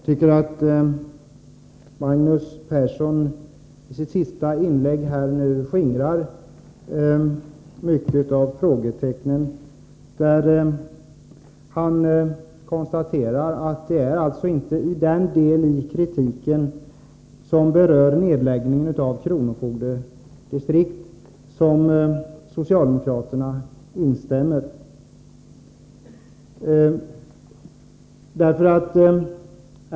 Herr talman! Magnus Persson skingrade i sitt senaste inlägg många av frågetecknen. Han konstaterade att det inte är den del av kritiken som berör nedläggningen av kronofogdedistrikt som socialdemokraterna instämmer i.